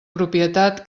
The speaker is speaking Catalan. propietat